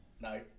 no